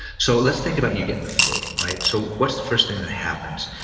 so, let's think about you getting the flu, right? so, what's the first thing that happens?